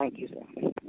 thank you sir